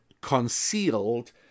concealed